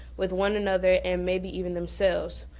with one another, and maybe even themselves.